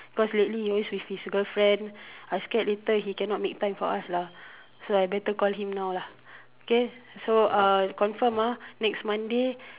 because lately he always with his girlfriend I scared later he cannot make time for us lah so I better call him now lah okay so uh confirm ah next Monday